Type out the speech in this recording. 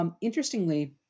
Interestingly